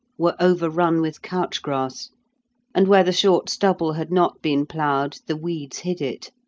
were overrun with couch-grass, and where the short stubble had not been ploughed, the weeds hid it.